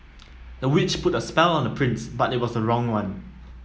the witch put a spell on the prince but it was the wrong one